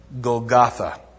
Golgotha